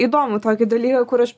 įdomų tokį dalyką kur aš